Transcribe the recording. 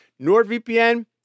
NordVPN